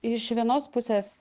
iš vienos pusės